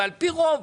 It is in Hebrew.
ועל פי רוב,